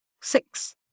six